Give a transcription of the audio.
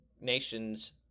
nations